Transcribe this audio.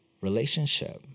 relationship